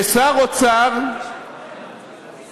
כששר אוצר לא